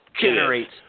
generates